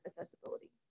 accessibility